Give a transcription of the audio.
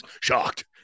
shocked